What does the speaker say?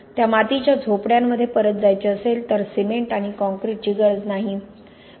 त्या मातीच्या झोपड्यांमध्ये परत जायचे असेल तर सिमेंट आणि काँक्रीटची गरज नाही